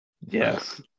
Yes